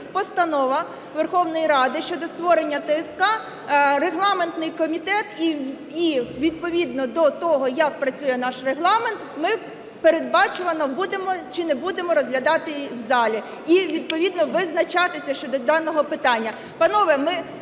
постанова Верховної Ради щодо створення ТСК, регламентний комітет і відповідно до того, як працює наш Регламент, ми передбачувано будемо чи не будемо розглядати її в залі і відповідно визначатися щодо даного питання.